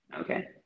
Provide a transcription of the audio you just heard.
Okay